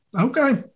Okay